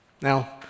Now